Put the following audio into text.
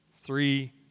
three